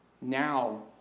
Now